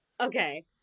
Okay